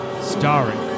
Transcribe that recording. Starring